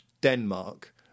denmark